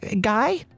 Guy